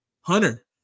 Hunter